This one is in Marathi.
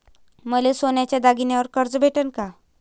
मले सोन्याच्या दागिन्यावर कर्ज भेटन का?